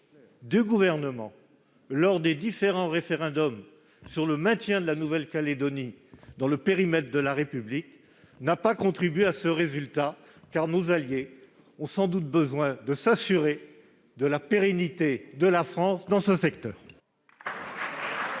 du Gouvernement lors des différents référendums sur le maintien de la Nouvelle-Calédonie dans le périmètre de la République ait contribué à ce résultat, nos alliés ayant sans doute besoin de s'assurer de la pérennité de la présence de